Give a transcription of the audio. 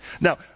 Now